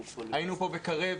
היינו פה ב"קרב",